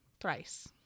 thrice